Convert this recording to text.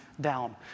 Down